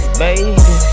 baby